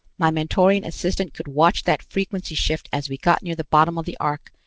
my mentorian assistant could watch that frequency-shift as we got near the bottom of the arc,